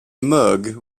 mug